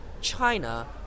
China